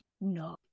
No